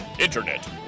Internet